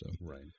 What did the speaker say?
Right